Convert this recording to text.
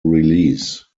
release